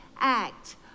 act